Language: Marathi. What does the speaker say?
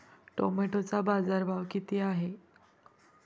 टोमॅटोचा बाजारभाव किती आहे?